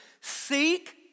Seek